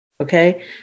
Okay